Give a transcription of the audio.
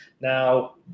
now